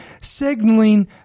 signaling